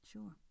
Sure